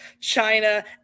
China